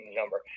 number